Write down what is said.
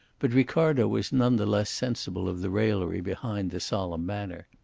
but ricardo was none the less sensible of the raillery behind the solemn manner.